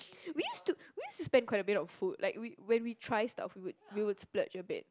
we used to we used to spend quite a bit on food like we when we try stuff we would splurge a bit